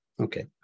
Okay